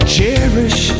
Cherish